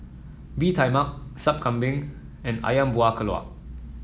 Bee Tai Mak Sup Kambing and ayam Buah Keluak